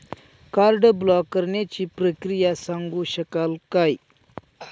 Card block करण्याची प्रक्रिया सांगू शकाल काय?